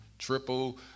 triple